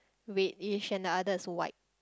reddish and the other is white